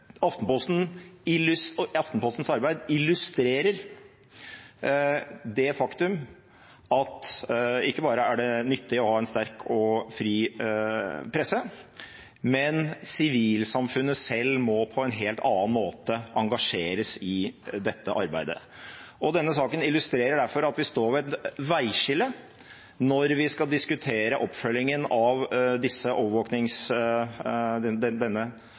Aftenpostens arbeid illustrerer det faktum at ikke bare er det nyttig å ha en sterk og fri presse, sivilsamfunnet selv må på en helt annen måte engasjeres i dette arbeidet. Denne saken illustrerer derfor at vi står ved et veiskille når vi skal diskutere oppfølgingen av